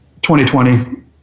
2020